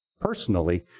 personally